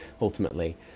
ultimately